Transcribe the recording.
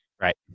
Right